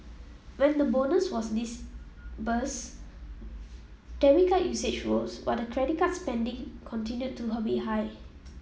when the bonus was disbursed debit card usage rose while the credit card spending continued to her be high